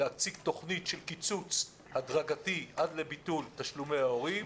להציג תוכנית של קיצוץ הדרגתי עד לביטול תשלומי הורים